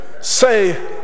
say